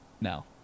Now